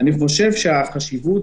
דרך אגב,